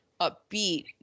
upbeat